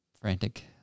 frantic